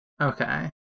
Okay